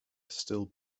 still